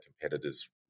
competitors